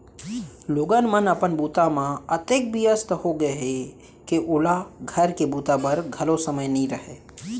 लोगन मन अपन बूता म अतेक बियस्त हो गय हें के ओला घर के बूता बर घलौ समे नइ रहय